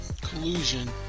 collusion